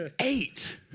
Eight